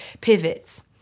pivots